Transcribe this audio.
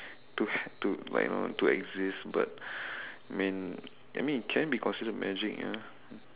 to to like you know to exist but I mean I mean it can be considered magic ah